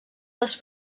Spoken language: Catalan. les